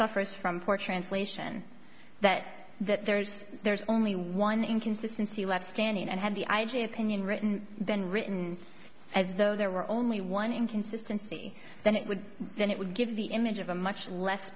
suffers from court translation that that there's there's only one inconsistency left standing and had the i j a opinion written been written as though there were only one inconsistency then it would then it would give the image of a much less